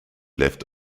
left